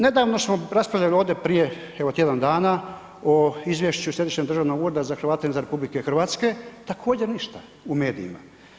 Nedavno smo raspravljali ovdje prije evo tjedan dana o Izvješću Središnjeg državnog ureda za Hrvate izvan RH, također ništa u medijima.